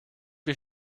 wie